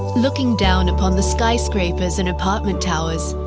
looking down upon the skyscrapers and apartment towers,